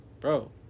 bro